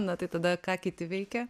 na tai tada ką kiti veikia